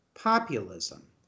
populism